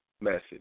message